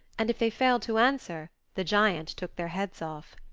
and if they failed to answer the giant took their heads off.